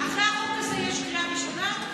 אושרה בקריאה ראשונה,